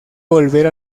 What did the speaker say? volver